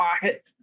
pocket